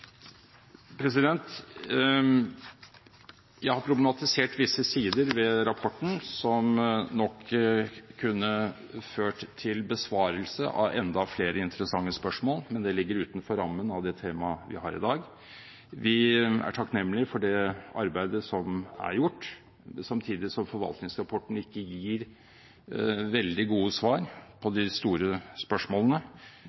Jeg har problematisert visse sider ved rapporten, som nok kunne ført til besvarelse av enda flere interessante spørsmål, men det ligger utenfor rammen av det temaet vi har i dag. Vi er takknemlige for det arbeidet som er gjort, samtidig som forvaltningsrapporten ikke gir veldig gode svar på